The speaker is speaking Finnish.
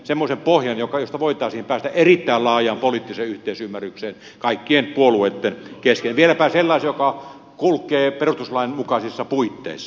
semmoisen pohjan josta voitaisiin päästä erittäin laajaan poliittiseen yhteisymmärrykseen kaikkien puolueitten kesken ja vieläpä sellaiseen joka kulkee perustuslain mukaisissa puitteissa